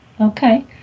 Okay